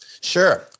Sure